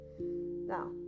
now